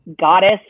goddess